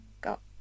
got